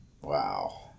Wow